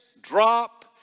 drop